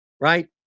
right